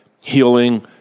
healing